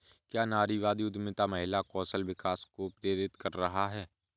क्या नारीवादी उद्यमिता महिला कौशल विकास को प्रेरित कर रहा है?